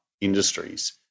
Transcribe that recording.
industries